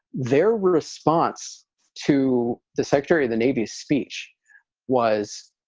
their response to the secretary of the navy speech was.